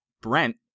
Brent